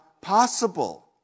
possible